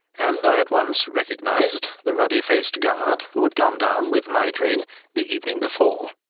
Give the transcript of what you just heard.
and i at once recognised the ruddy-faced guard who had gone down with my train the evening before.